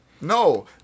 No